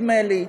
נדמה לי,